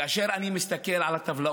כאשר אני מתסכל על הטבלאות